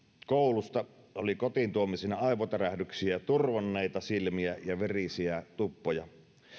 koulusta oli kotiin tuomisina aivotärähdyksiä turvonneita silmiä ja verisiä tuppoja